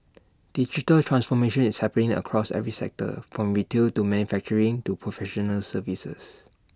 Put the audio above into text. digital transformation is happening across every sector from retail to manufacturing to professional services